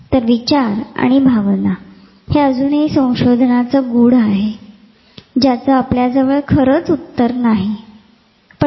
तर विचार आणि भावना हे अजूनही संशोधनाचे गूढ आहे ज्याचे आपल्याजवळ खरच उत्तर नाही